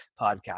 podcast